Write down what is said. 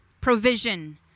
provision